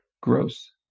gross